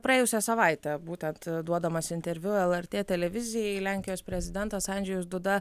praėjusią savaitę būtent duodamas interviu lrt televizijai lenkijos prezidentas andžejus duda